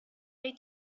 they